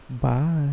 Bye